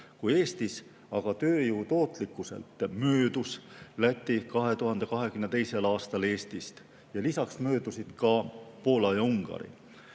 kui Eestis, aga tööjõu tootlikkuselt möödus Läti 2022. aastal Eestist. Lisaks möödusid ka Poola ja Ungari.